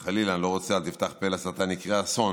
וחלילה, אני לא רוצה, אל תפתח פה לשטן, יקרה אסון,